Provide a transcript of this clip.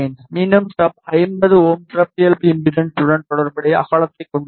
மீண்டும் ஸ்டப் 50 Ω சிறப்பியல்பு இம்பெடன்ஸ் உடன் தொடர்புடைய அகலத்தைக் கொண்டுள்ளது